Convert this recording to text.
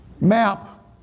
map